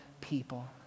people